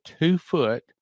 two-foot